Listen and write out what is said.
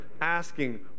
asking